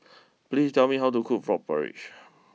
please tell me how to cook Frog Porridge